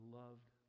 loved